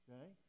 Okay